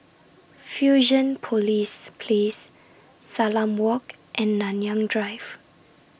Fusionopolis Place Salam Walk and Nanyang Drive